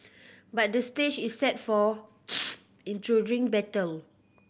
but the stage is set for intriguing battle